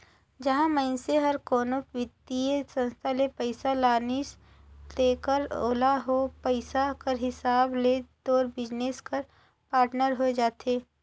जहां मइनसे हर कोनो बित्तीय संस्था ले पइसा लानिस तेकर ओला ओ पइसा कर हिसाब ले तोर बिजनेस कर पाटनर होए जाथे